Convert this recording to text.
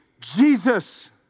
Jesus